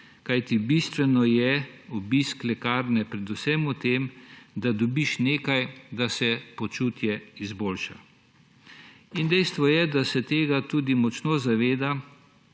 Kajti bistveno pri obisku lekarne je predvsem v tem, da dobiš nekaj, da se počutje izboljša. In dejstvo je, da se tega tudi močno zaveda